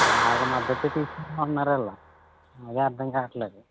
వాళ్ళ మద్దత్తు తీసుకుంటు ఉన్నారు వాళ్ళు అదే అర్ధం కాట్లేదు